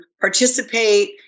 participate